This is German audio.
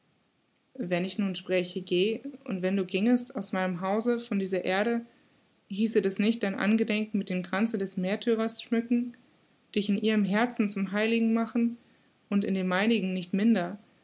wenn ich nun spräche geh und wenn du gingest aus meinem hause von dieser erde hieße das nicht dein angedenken mit dem kranze des märtyrers schmücken dich in ihrem herzen zum heiligen machen und in dem meinigen nicht minder